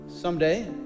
someday